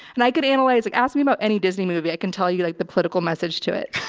and i could analyze, like ask me about any disney movie. i can tell you like the political message to it.